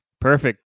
Perfect